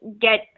get